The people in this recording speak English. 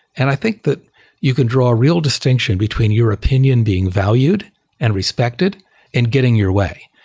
and i think that you can draw a real distinction between your opinion being valued and respected in getting your way.